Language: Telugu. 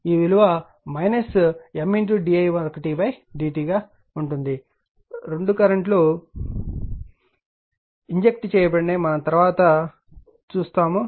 ఈ విలువ M di1dt గా ఉంటుంది రెండు కరెంట్ లు ఇంజెక్ట్ చేయబడినాయి మనం తరువాత చూస్తాము